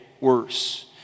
worse